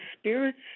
spirits